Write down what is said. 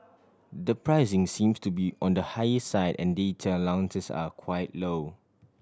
the pricing seems to be on the higher side and data allowances are quite low